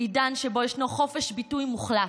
עידן שבו ישנו חופש ביטוי מוחלט,